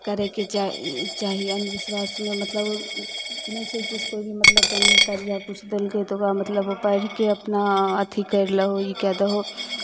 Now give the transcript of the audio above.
करयके चा चाही अन्धविश्वास ई नहि छै कि मतलब कोइ भी जन्तर या किछु देलकै तऽ ओकरा मतलब पढ़ि कऽ अपना अथी करि लहो ई कए दहो